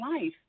life